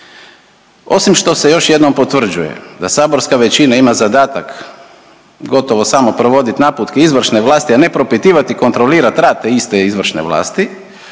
Osim što se još jednom potvrđuje da saborska većina ima zadatak gotovo samo provoditi naputke izvršne vlasti, a ne propitivati, kontrolirati rad te iste izvršne vlasti